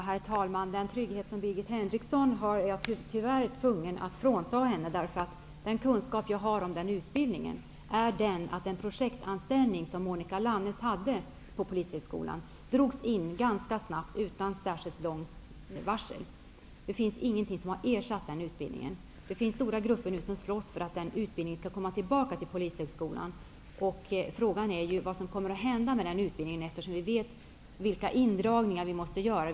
Herr talman! Tyvärr är jag tvungen att frånta Birgit Henriksson hennes trygghet i detta sammanhang. Den kunskap jag har om nämnda utbildning är nämligen att den projektanställning som Monica Dahlström Lannes hade på Polishögskolan ganska snabbt, och utan särskilt långt varsel, drogs in. Den utbildningen har inte ersatts med något annat. Stora grupper slåss nu för att det återigen skall bli en utbildning på Polishögskolan. Frågan är vad som kommer att hända med den här utbildningen. Vi vet ju vilka indragningar som måste göras.